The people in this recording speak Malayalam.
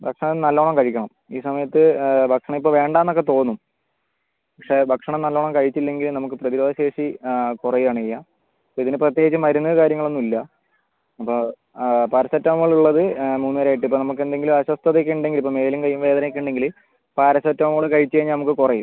ഭക്ഷണം നല്ലോണം കഴിക്കണം ഈ സമയത്ത് ഭക്ഷണം ഇപ്പോൾ വേണ്ടാന്നൊക്കെ തോന്നും പക്ഷെ ഭക്ഷണം നല്ലോണം കഴിച്ചില്ലെങ്കിൽ നമുക്ക് പ്രതിരോധ ശേഷി കൊറയാണ് ചെയ്യാ ഇതിന് പ്രത്യേകിച്ച് മരുന്ന് കാര്യങ്ങളൊന്നും ഇല്ല അപ്പൊ പാരസെറ്റാമോളുള്ളത് മൂന്ന് നേരായിട്ട് ഇപ്പോൾ നമുക്കെന്തെങ്കിൽ അസ്വസ്ഥതയൊക്കെ ഉണ്ടെങ്കിൽ ഇപ്പം മേല് വേദന അങ്ങനെയൊക്കെ ഉണ്ടെങ്കിൽ പാരസെറ്റാമോള് കഴിച്ച് കഴിഞ്ഞാൽ അത് കുറയും